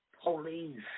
police